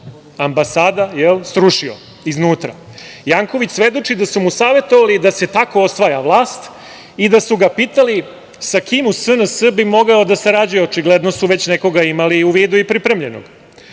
ambasada, srušio iznutra. Janković svedoči da su mu savetovali da se tako osvaja vlast i da su ga pitali sa kim u SNS bi mogao da sarađuje. Očigledno su već nekoga imali u vidu i pripremljenog. Janković